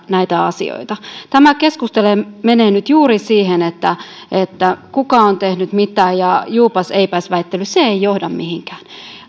asioita tämä keskustelu menee nyt juuri siihen kuka on tehnyt mitä ja juupas eipäs väittelyksi se ei johda mihinkään